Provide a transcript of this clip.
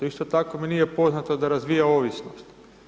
Isto tako mi nije poznato da razvija ovisnost.